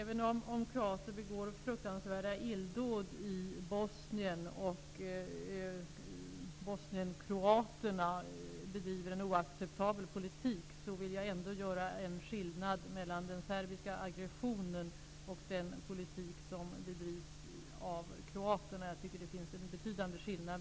Herr talman! Även om kroater begår fruktansvärda illdåd i Bosnien och bosnienkroaterna bedriver en oacceptabel politik, vill jag ändå göra en skillnad mellan den serbiska aggressionen och den politik som bedrivs av kroaterna. Jag tycker att det finns en betydande skillnad.